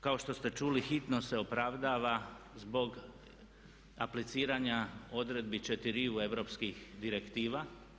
Kao što ste čuli hitnost se opravdava zbog apliciranja odredbi 4 europskih direktiva.